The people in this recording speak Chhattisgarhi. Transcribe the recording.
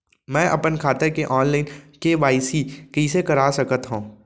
मैं अपन खाता के ऑनलाइन के.वाई.सी कइसे करा सकत हव?